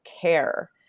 care